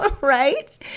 right